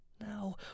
Now